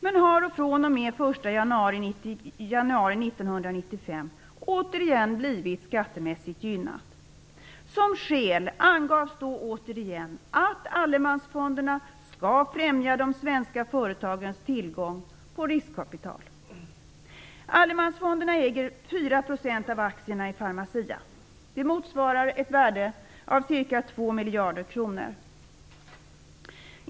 Men sparandet har fr.o.m. den 1 januari 1995 återigen blivit skattemässigt gynnat. Som skäl angavs återigen att allemansfonderna skall främja de svenska företagens tillgång på riskkapital. Allemansfonderna äger 4 % av aktierna i Pharmacia. Det motsvarar ett värde av ca 2 miljarder kronor.